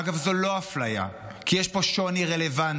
אגב, זו לא אפליה כי יש פה שוני רלוונטי.